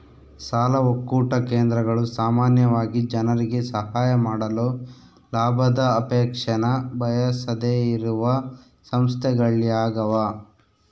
ಸಾಲ ಒಕ್ಕೂಟ ಕೇಂದ್ರಗಳು ಸಾಮಾನ್ಯವಾಗಿ ಜನರಿಗೆ ಸಹಾಯ ಮಾಡಲು ಲಾಭದ ಅಪೇಕ್ಷೆನ ಬಯಸದೆಯಿರುವ ಸಂಸ್ಥೆಗಳ್ಯಾಗವ